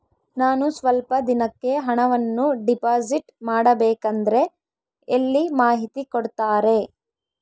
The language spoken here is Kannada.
ನಾನು ಸ್ವಲ್ಪ ದಿನಕ್ಕೆ ಹಣವನ್ನು ಡಿಪಾಸಿಟ್ ಮಾಡಬೇಕಂದ್ರೆ ಎಲ್ಲಿ ಮಾಹಿತಿ ಕೊಡ್ತಾರೆ?